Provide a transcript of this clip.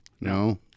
No